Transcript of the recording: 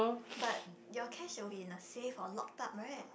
but your cash will be in a safe or locked up right